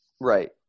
Right